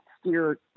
steer